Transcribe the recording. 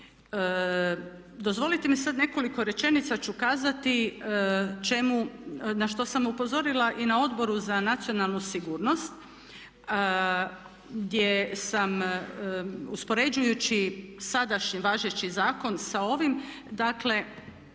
Dozvolite mi sad nekoliko rečenica ću kazati na što sam upozorila i na Odboru za nacionalnu sigurnost gdje sam uspoređujući sadašnji važeći zakon sa ovim, dakle